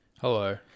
Hello